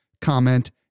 comment